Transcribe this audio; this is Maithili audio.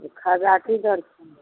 खाजा की दर छनि